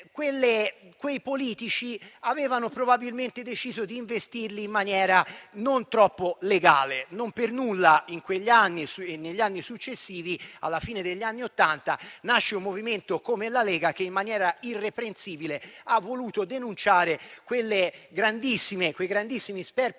Quei politici avevano probabilmente deciso di investirli in maniera non troppo legale e - non per nulla - in quegli anni e nei successivi, alla fine degli anni Ottanta, nasce un movimento come la Lega che, in maniera irreprensibile, ha voluto denunciare quei grandissimi sperperi